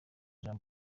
jean